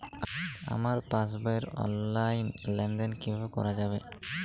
আমার পাসবই র অনলাইন লেনদেন কিভাবে করা যাবে?